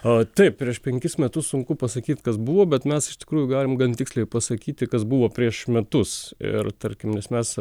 taip prieš penkis metus sunku pasakyt kas buvo bet mes iš tikrųjų galime gan tiksliai pasakyti kas buvo prieš metus ir tarkim nes mes